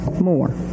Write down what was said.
More